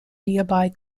nearby